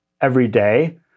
everyday